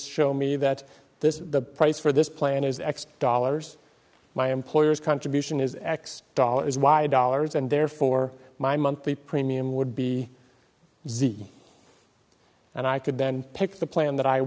show me that this the price for this plan is x dollars my employer's contribution is x dollars y dollars and therefore my monthly premium would be z and i could then pick the plan that i